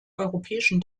europäischen